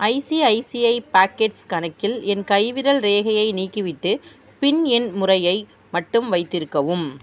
ICICI pockets கணக்கில் என் கைவிரல் ரேகையை நீக்கிவிட்டு பின் எண் முறையை மட்டும் வைத்திருக்கவும்